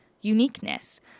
uniqueness